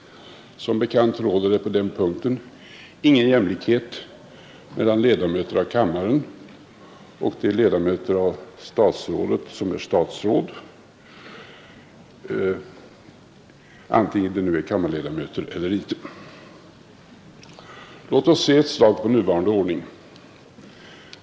Som bekant råder det på denna punkt ingen jämlikhet mellan ledamöter av kammaren och statsråd, oavsett om dessa är kammarledamöter eller inte. Låt oss se på nuvarande ordning!